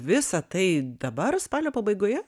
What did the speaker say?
visa tai dabar spalio pabaigoje